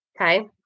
okay